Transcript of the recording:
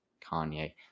Kanye